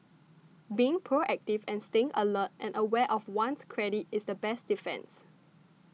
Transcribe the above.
being proactive and staying alert and aware of one's credit is the best defence